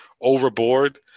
overboard